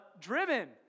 driven